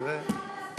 תראה.